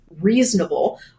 reasonable